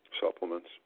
supplements